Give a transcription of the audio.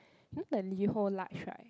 you know the Liho large right